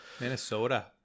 Minnesota